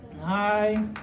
Hi